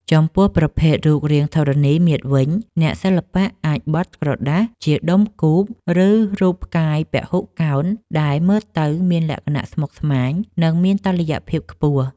ចំពោះប្រភេទរូបរាងធរណីមាត្រវិញ អ្នកសិល្បៈអាចបត់ក្រដាសជាដុំគូប ឬរូបផ្កាយពហុកោណដែលមើលទៅមានលក្ខណៈស្មុគស្មាញ និងមានតុល្យភាពខ្ពស់។